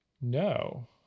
No